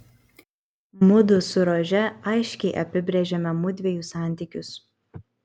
mudu su rože aiškiai apibrėžėme mudviejų santykius